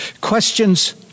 Questions